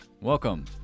Welcome